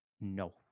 No